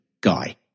guy